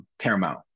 Paramount